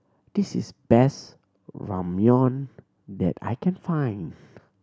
this is the best Ramyeon that I can find